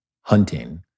hunting